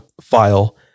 file